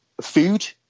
food